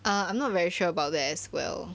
err I'm not very sure about that as well